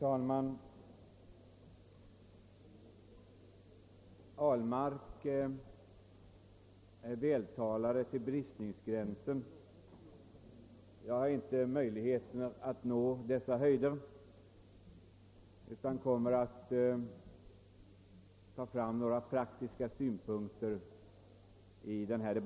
Herr talman! Herr Ahlmark är vältalare till bristningsgränsen. Jag har inte möjlighet att nå samma höjder utan kommer att föra fram några praktiska synpunkter.